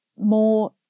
More